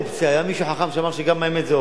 היה חכם שאמר שגם האמת היא אופציה.